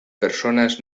personas